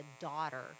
daughter